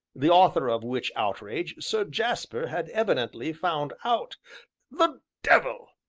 the author of which outrage sir jasper had evidently found out the devil!